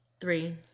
Three